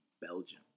Belgium